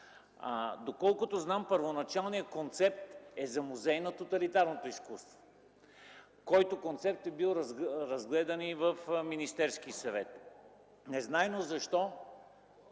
Доколкото знам, първоначалният концепт е за Музей на тоталитарното изкуство, който е бил разгледан и в Министерския съвет. Незнайно защо